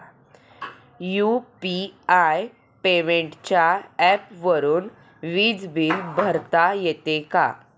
UPI पेमेंटच्या ऍपवरुन वीज बिल भरता येते का?